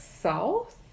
south